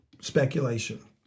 speculation